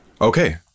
okay